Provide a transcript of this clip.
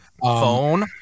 phone